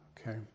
Okay